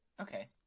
Okay